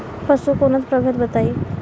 पशु के उन्नत प्रभेद बताई?